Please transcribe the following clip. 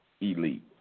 elite